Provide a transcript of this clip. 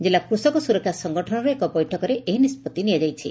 କିଲ୍ଲା କୃଷକ ସୁରକ୍ଷା ସଂଗଠନର ଏକ ବୈଠକରେ ଏହି ନିଷ୍ବଭି ନିଆଯାଇଛି